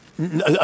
No